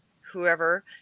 whoever